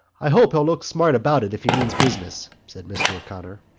i hope he'll look smart about it if he means business, said mr. o'connor.